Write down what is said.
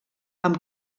amb